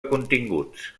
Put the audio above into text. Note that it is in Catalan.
continguts